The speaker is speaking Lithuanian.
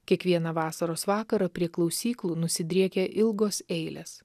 kiekvieną vasaros vakarą prie klausyklų nusidriekia ilgos eilės